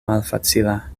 malfacila